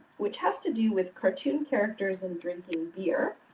which has to do with cartoon characters and drinking beer.